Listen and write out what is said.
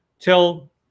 till